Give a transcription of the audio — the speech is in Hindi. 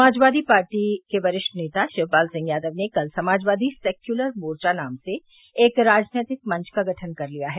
समाजवादी पार्टी के वरिष्ठ नेता शिवपाल सिंह यादव ने कल समाजवादी सेक्यूलर मोर्चा नाम से एक राजनैतिक मंच का गठन कर लिया है